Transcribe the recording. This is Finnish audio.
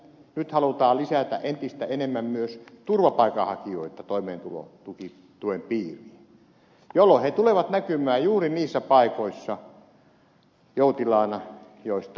nyt halutaan lisätä entistä enemmän myös turvapaikanhakijoita toimeentulotuen piiriin jolloin he tulevat näkymään juuri niissä paikoissa joutilaina joista ed